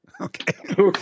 Okay